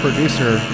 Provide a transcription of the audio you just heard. Producer